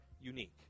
unique